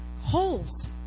holes